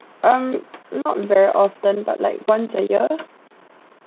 um not very often but like once a year